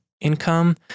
income